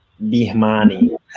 Bihmani